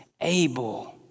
able